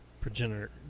progenitor